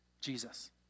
Jesus